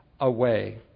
away